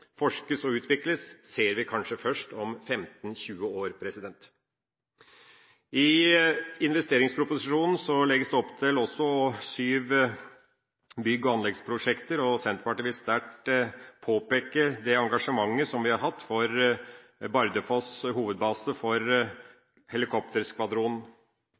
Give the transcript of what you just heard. forskes og utvikles, ser vi kanskje først om 15–20 år. I investeringsproposisjonen legges det også opp til syv bygg- og anleggsprosjekter, og Senterpartiet vil sterkt påpeke det engasjementet som vi har hatt for Bardufoss som hovedbase for